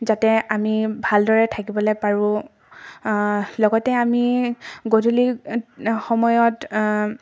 যাতে আমি ভালদৰে থাকিবলৈ পাৰোঁ লগতে আমি গধূলি সময়ত